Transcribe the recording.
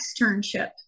externship